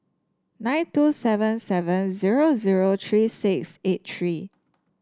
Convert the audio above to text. nine two seven seven zero zero three six eight three